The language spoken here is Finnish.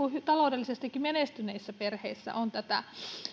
taloudellisestikin menestyneissä perheissä on tätä